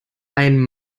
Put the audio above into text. ein